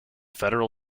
federal